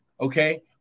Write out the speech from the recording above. Okay